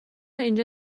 اینجا